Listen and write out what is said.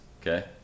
Okay